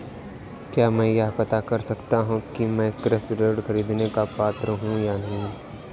क्या मैं यह पता कर सकता हूँ कि मैं कृषि ऋण ख़रीदने का पात्र हूँ या नहीं?